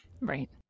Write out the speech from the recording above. Right